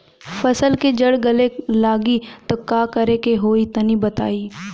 फसल के जड़ गले लागि त का करेके होई तनि बताई?